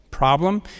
problem